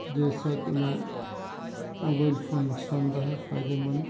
جیسا کہ mobile phone نقصان دہ ہے فائدے مند